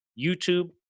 YouTube